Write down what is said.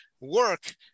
work